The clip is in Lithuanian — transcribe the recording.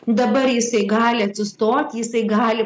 dabar jisai gali atsistoti jisai gali